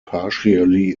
partially